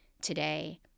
today